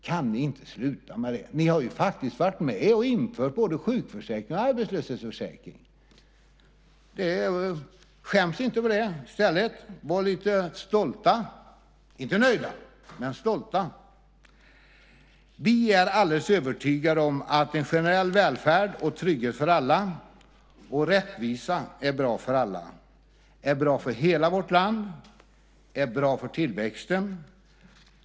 Kan ni inte sluta med det? Ni har ju faktiskt varit med och infört både sjukförsäkringen och arbetslöshetsförsäkringen. Skäms inte för det! Var i stället lite stolta - inte nöjda, men stolta. Vi är alldeles övertygade om att en generell välfärd, trygghet och rättvisa är bra för alla, bra för hela vårt land, bra för tillväxten.